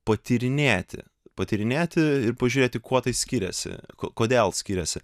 patyrinėti patyrinėti ir pažiūrėti kuo tai skiriasi kodėl skiriasi